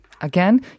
again